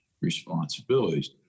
responsibilities